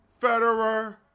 Federer